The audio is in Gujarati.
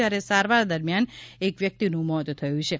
જ્યારે સારવાર દરમિયાન એક વ્યક્તિનું મોત થયું હતું